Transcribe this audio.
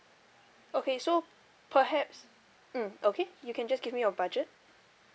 okay so perhaps mm okay you can just give me your budget